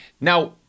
Now